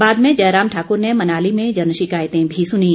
बाद में जयराम ठाकुर ने मनाली में जन शिकायतें भी सुनीं